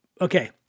okay